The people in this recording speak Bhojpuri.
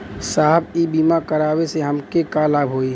साहब इ बीमा करावे से हमके का लाभ होई?